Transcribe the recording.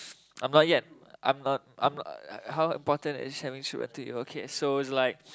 um not yet I'm uh I'm uh how important is having children to you okay so it's like